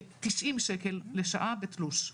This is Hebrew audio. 90 שקלים לשעה בתלוש.